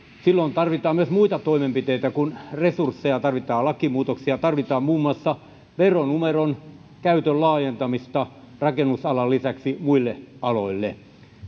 silloin tarvitaan myös muita toimenpiteitä kuin resursseja tarvitaan lakimuutoksia tarvitaan muun muassa veronumeron käytön laajentamista rakennusalan lisäksi muille aloille